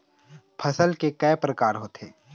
फसल के कय प्रकार होथे?